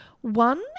One